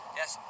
yes